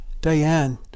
Diane